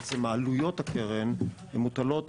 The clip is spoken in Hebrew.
בעצם עלויות הקרן מוטלות